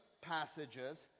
passages